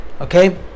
okay